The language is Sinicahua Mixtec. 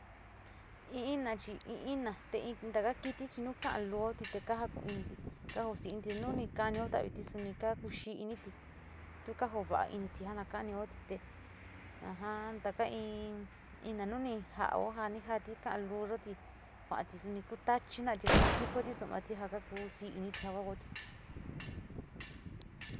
In inachi in ina te in in taka jiti chi nu ka´a luuati kaju ku´u initi, kao ku sii initi, te kanio tauti suni kaku xii init, tu ka vaa initi, ja na kanioti taka in ina nuni jao ja ni jati ka´a luuati va´ati suni kutachi jinoti te skukati su´umati ja ka ku sii initite kuangooti.